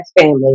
family